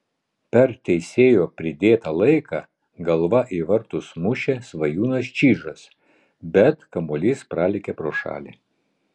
per teisėjo pridėtą laiką galva į vartus mušė svajūnas čyžas bet kamuolys pralėkė pro šalį